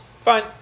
Fine